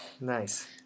Nice